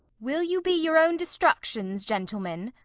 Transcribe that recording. will you be your own destructions, gentlemen?